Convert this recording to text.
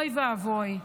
אוי ואבוי.